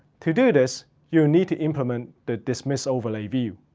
to do this, you need to implement the dismiss overly view,